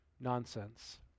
nonsense